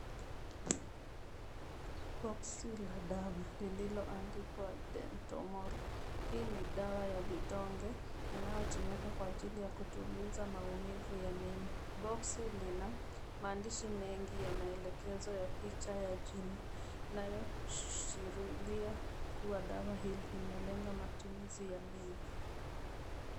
Boksi la dawa lililoandikwa Dentamol. Hii ni dawa ya vitonge inayotumika kwa ajili ya kutuliza maumivu ya meno. Boksi lina maandishi mengi ya maelekezo ya picha ya jino inayoshirulia kuwa dawa hili inalenga matumizi ya meno.